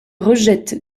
rejettent